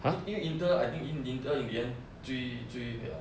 因为 inter I think in~ inter in the end 追追 the